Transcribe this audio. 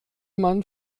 man